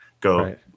go